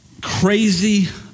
crazy